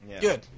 Good